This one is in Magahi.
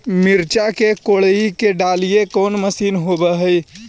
मिरचा के कोड़ई के डालीय कोन मशीन होबहय?